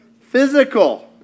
Physical